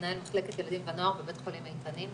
מנהל מחלקת ילדים ונוער בבית חולים איתנים,